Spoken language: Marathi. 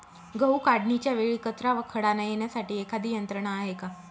गहू काढणीच्या वेळी कचरा व खडा न येण्यासाठी एखादी यंत्रणा आहे का?